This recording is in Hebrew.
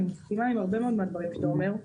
אני מסכימה עם הרבה מאוד מהדברים שאתה אומר,